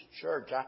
church